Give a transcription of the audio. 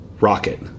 rocket